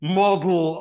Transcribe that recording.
model